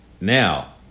Now